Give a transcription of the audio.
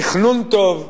תכנון טוב,